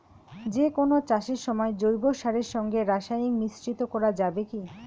যে কোন চাষের সময় জৈব সারের সঙ্গে রাসায়নিক মিশ্রিত করা যাবে কি?